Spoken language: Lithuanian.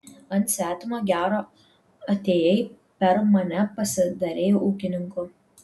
ant svetimo gero atėjai per mane pasidarei ūkininku